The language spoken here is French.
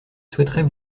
souhaiterais